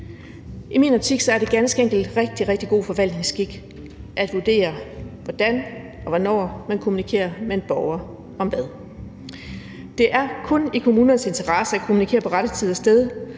rigtig, rigtig god forvaltningsskik at vurdere, hvordan og hvornår man kommunikerer med en borger om hvad. Det er kun i kommunernes interesse at kommunikere på rette tid og sted,